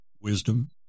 wisdom